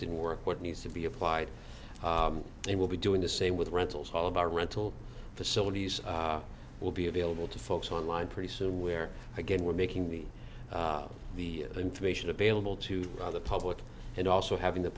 didn't work what needs to be applied they will be doing the same with rentals all of our rental facilities will be available to folks online pretty soon where again we're making the the information available to the public and also having the